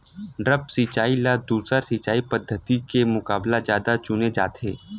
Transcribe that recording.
द्रप्स सिंचाई ला दूसर सिंचाई पद्धिति के मुकाबला जादा चुने जाथे